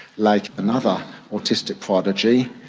like another autistic prodigy.